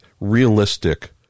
realistic